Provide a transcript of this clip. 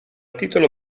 titolo